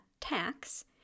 tax